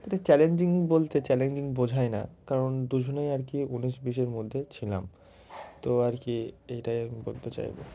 এটা চ্যালেঞ্জিং বলতে চ্যালেঞ্জিং বোঝায় না কারণ দুজনেই আর কি উনিশ বিশের মধ্যে ছিলাম তো আর কি এটাই আমি বলতে চাইব